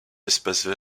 espaces